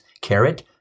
Carrot